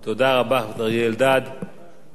כמו שדוח טליה ששון, רוחו שרתה